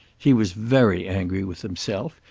he was very angry with himself,